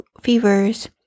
fevers